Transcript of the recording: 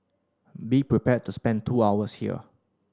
be prepared to spend two hours here